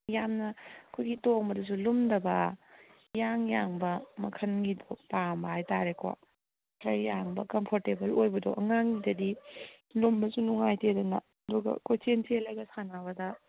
ꯌꯥꯝꯅ ꯑꯩꯈꯣꯏꯒꯤ ꯇꯣꯡꯕꯗꯁꯨ ꯂꯨꯝꯗꯕ ꯏꯌꯥꯡ ꯌꯥꯡꯕ ꯃꯈꯜꯒꯤꯗꯣ ꯄꯥꯝꯕ ꯍꯥꯏ ꯇꯥꯔꯦꯀꯣ ꯈꯔ ꯌꯥꯡꯕ ꯀꯝꯐꯣꯔꯇꯦꯕꯜ ꯑꯣꯏꯕꯗꯣ ꯑꯉꯥꯡꯒꯤꯗꯗꯤ ꯂꯨꯝꯕꯁꯨ ꯅꯨꯡꯉꯥꯏꯇꯦꯗꯅ ꯑꯗꯨꯒ ꯀꯣꯏꯆꯦꯟ ꯆꯦꯜꯂꯒ ꯁꯥꯟꯅꯕꯗ